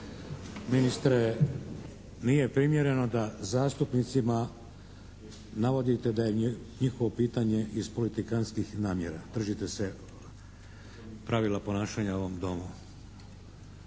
Ministre. Nije primjereno da zastupnicima navodite da im je njihovo pitanje iz politikantskih namjera. Držite se pravila ponašanja u ovom Domu.